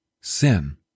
sin